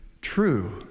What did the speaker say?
true